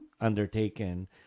undertaken